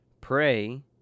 pray